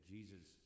Jesus